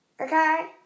Okay